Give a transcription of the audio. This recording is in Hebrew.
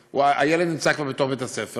והילד נמצא כבר בתוך בית-הספר,